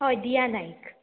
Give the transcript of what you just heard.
हय दिया नायक